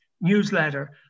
newsletter